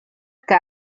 que